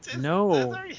No